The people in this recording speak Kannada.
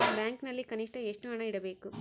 ಬ್ಯಾಂಕಿನಲ್ಲಿ ಕನಿಷ್ಟ ಎಷ್ಟು ಹಣ ಇಡಬೇಕು?